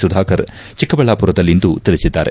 ಸುಧಾಕರ್ ಚಿಕ್ಕಬಳ್ಯಾಪುರದಲ್ಲಿಂದು ತಿಳಿಸಿದ್ದಾರೆ